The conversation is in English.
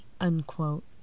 unquote